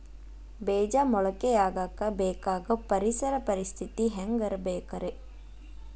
ಬೇಜ ಮೊಳಕೆಯಾಗಕ ಬೇಕಾಗೋ ಪರಿಸರ ಪರಿಸ್ಥಿತಿ ಹ್ಯಾಂಗಿರಬೇಕರೇ?